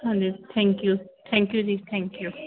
ਹਾਂਜੀ thank you thank you ਜੀ thank you